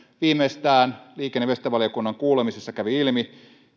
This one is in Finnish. viimeistään liikenne ja viestintävaliokunnan kuulemisessa kävi ilmi